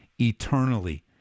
eternally